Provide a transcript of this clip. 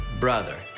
brother